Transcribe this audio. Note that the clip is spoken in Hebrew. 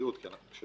בבריאות של